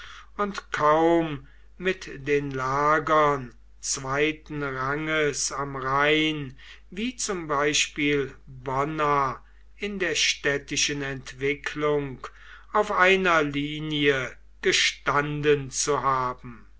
und kaum mit den lagern zweiten ranges am rhein wie zum beispiel bonna in der städtischen entwicklung auf einer linie gestanden zu haben